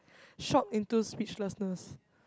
shock into speechlessness